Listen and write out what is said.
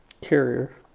carrier